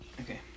Okay